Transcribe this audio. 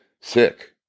sick